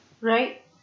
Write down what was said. Right